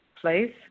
please